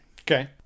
Okay